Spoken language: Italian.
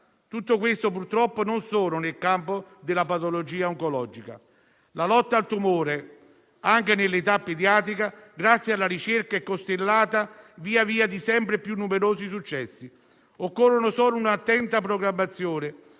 tutto questo, purtroppo, non sono nel campo della patologia oncologica. La lotta al tumore anche nell'età pediatrica, grazie alla ricerca, è via via costellata di sempre più numerosi successi. Occorrono solo un'attenta programmazione,